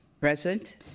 Present